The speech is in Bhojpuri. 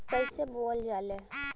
कईसे बोवल जाले?